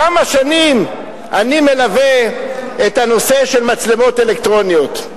כמה שנים אני מלווה את הנושא של מצלמות אלקטרוניות.